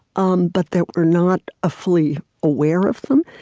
um but that we're not ah fully aware of them.